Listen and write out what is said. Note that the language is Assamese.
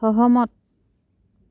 সহমত